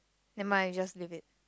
never mind we just leave it